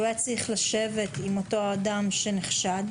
שהוא היה צריך לשבת עם אותו אדם שנחשד,